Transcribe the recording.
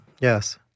Yes